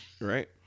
Right